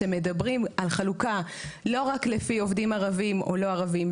שמדברים על חלוקה לא רק לפי עובדים ערבים או לא ערבים.